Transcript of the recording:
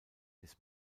des